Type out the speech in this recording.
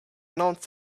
announced